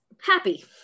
happy